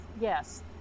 Yes